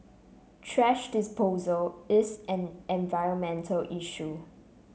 thrash disposal is an environmental issue